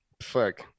Fuck